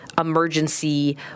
emergency